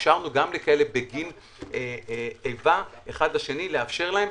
שאפשרנו גם לכאלה בגין מעשי איבה אחד לשני לאפשר להם.